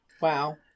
Wow